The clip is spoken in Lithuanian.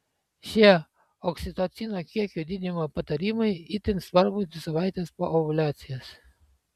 šie oksitocino kiekio didinimo patarimai itin svarbūs dvi savaites po ovuliacijos